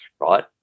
right